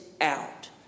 out